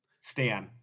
Stan